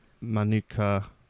Manuka